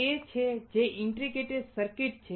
આ તે છે જે ઇન્ટિગ્રેટેડ સર્કિટ છે